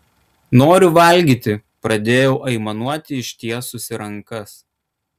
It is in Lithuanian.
noriu valgyti pradėjau aimanuoti ištiesusi rankas